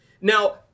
Now